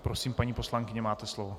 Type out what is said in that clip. Prosím, paní poslankyně, máte slovo.